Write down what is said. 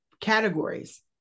categories